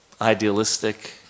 idealistic